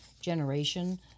generation